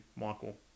Michael